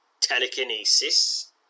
Telekinesis